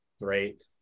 right